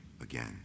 again